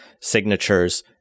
signatures